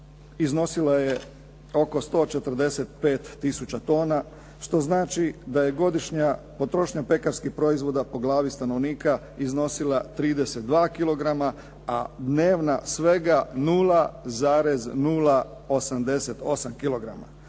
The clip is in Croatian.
iznosila je oko 145 tisuća tona, što znači da je godišnja potrošnja pekarskih proizvoda po glavi stanovnika iznosila 32 kilograma, a dnevna svega 0,088